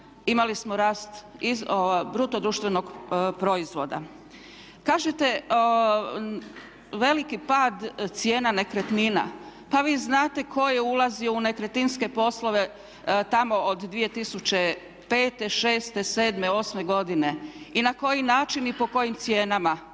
imali smo rast bruto društvenog proizvoda. Kažete veliki pad cijena nekretnina. Pa vi znate tko je ulazio u nekretninske poslove tamo od 2005., šeste, sedme, osme godine i na koji način i po kojim cijenama